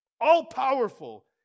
all-powerful